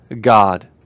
God